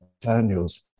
Daniels